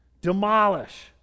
demolish